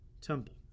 temple